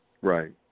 Right